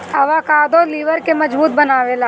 avocado लिबर के मजबूत बनावेला